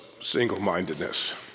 single-mindedness